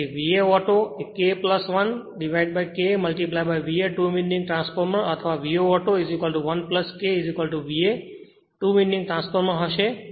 તેથી VA auto એ K 1K VA two winding transformer અથવા VA auto 1 K VA two winding transformer હશે